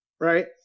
Right